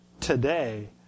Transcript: today